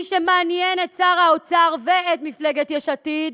מי שמעניינים את שר האוצר ואת מפלגת יש עתיד